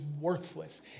worthless